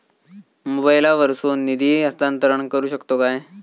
मोबाईला वर्सून निधी हस्तांतरण करू शकतो काय?